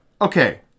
okay